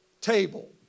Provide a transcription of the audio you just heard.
table